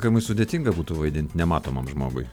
gana sudėtinga būtų vaidint nematomam žmogui